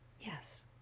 Yes